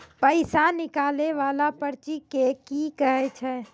पैसा निकाले वाला पर्ची के की कहै छै?